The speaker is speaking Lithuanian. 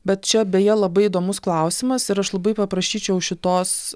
bet čia beje labai įdomus klausimas ir aš labai paprašyčiau šitos